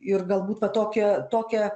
ir galbūt va tokia tokia